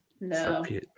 No